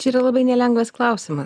čia yra labai nelengvas klausimas